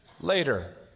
later